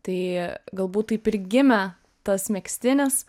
tai galbūt taip ir gimė tas megztinis